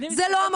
זה לא המקום.